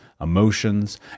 emotions